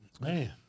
man